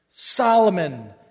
Solomon